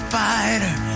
fighter